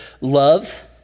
love